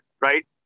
right